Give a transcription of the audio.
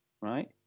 right